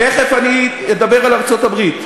תכף אני אדבר על ארצות-הברית.